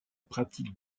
pratique